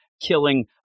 Killing